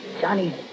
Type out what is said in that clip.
Johnny